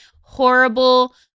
horrible